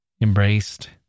embraced